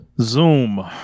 Zoom